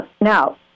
Now